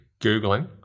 Googling